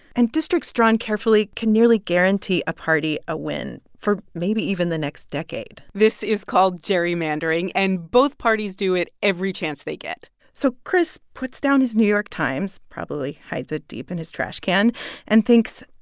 and districts drawn carefully can nearly guarantee a party a win for maybe even the next decade this is called gerrymandering. and both parties do it every chance they get so chris puts down his new york times probably hides it deep in his trash can and thinks,